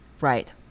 Right